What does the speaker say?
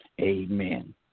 Amen